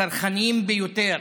הצרכניים ביותר